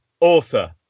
author